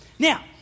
Now